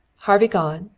harvey gone?